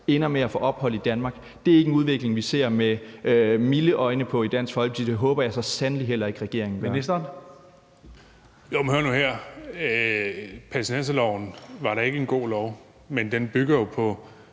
ender med at få ophold i Danmark. Det er ikke en udvikling, vi ser med milde øjne på i Dansk Folkeparti, og det håber jeg så sandelig heller ikke at regeringen